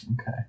Okay